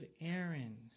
Aaron